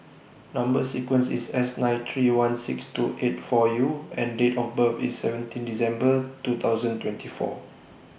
Number sequence IS S nine three one six two eight four U and Date of birth IS seventeen December two thousand twenty four